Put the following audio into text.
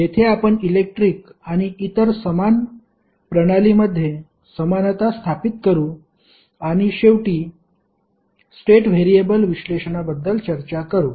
येथे आपण इलेक्ट्रिक आणि इतर समान प्रणालींमध्ये समानता स्थापित करू आणि शेवटी स्टेट व्हेरिएबल विश्लेषणाबद्दल चर्चा करू